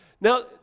Now